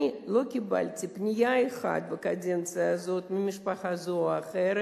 אני לא קיבלתי פנייה אחת בקדנציה הזאת ממשפחה זו או אחרת